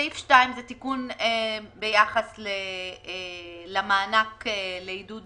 סעיף 2 הוא תיקון ביחס למענק לעידוד